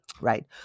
Right